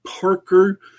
Parker